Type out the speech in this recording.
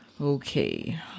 Okay